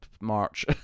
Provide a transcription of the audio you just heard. March